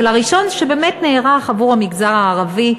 אבל הראשון שבאמת נערך עבור המגזר הערבי,